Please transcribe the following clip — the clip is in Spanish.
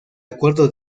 acuerdo